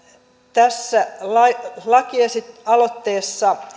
tässä lakialoitteessa